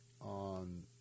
on